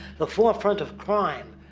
the forefront of crime.